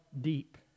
deep